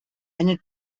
eine